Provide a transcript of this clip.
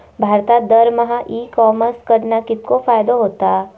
भारतात दरमहा e commerce कडणा कितको फायदो होता?